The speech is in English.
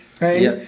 right